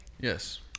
Yes